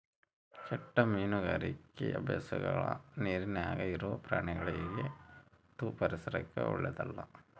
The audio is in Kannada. ಕೆಟ್ಟ ಮೀನುಗಾರಿಕಿ ಅಭ್ಯಾಸಗಳ ನೀರಿನ್ಯಾಗ ಇರೊ ಪ್ರಾಣಿಗಳಿಗಿ ಮತ್ತು ಪರಿಸರಕ್ಕ ಓಳ್ಳೆದಲ್ಲ